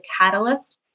catalyst